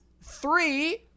three